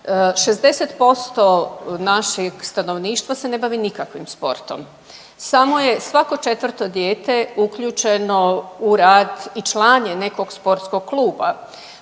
60% našeg stanovništva se ne bavi nikakvim sportom. Samo je svako četvrto dijete uključeno u rad i član je nekog sportskog kluba.